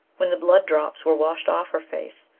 when the blood drops were washed off her face,